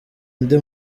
undi